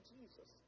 Jesus